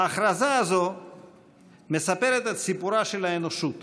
ההכרזה הזאת מספרת את סיפורה של האנושות